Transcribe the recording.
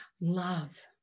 Love